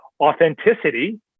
authenticity